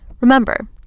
Remember